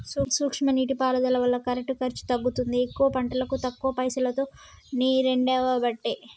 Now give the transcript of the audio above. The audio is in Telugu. సూక్ష్మ నీటి పారుదల వల్ల కరెంటు ఖర్చు తగ్గుతుంది ఎక్కువ పంటలకు తక్కువ పైసలోతో నీరెండబట్టే